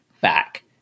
back